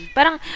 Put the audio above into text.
Parang